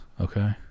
okay